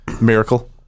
Miracle